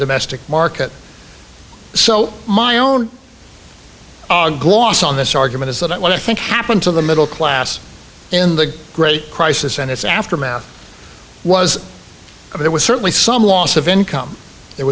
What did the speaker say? domestic market so my own gloss on this argument is that what i think happened to the middle class in the great crisis and its aftermath was there was certainly some loss of income there